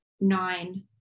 nine